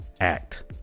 act